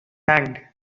hanged